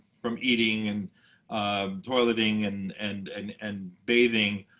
from eating and um toileting and and and and bathing,